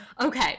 Okay